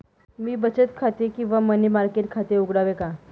मी बचत खाते किंवा मनी मार्केट खाते उघडावे का?